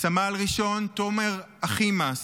סמל ראשון תומר אחימס,